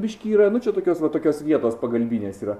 biškį yra nu čia tokios va tokios vietos pagalbinės yra